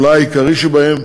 אולי העיקרי שבהם,